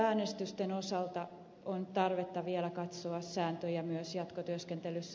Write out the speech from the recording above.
liittoäänestysten osalta on tarvetta vielä katsoa sääntöjä myös jatkotyöskentelyssä